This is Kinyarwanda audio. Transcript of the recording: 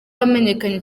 yamenyekanye